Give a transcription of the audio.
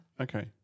Okay